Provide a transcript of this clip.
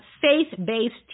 faith-based